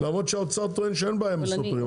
למרות שהאוצר טוען שאין בעיה בסופרים,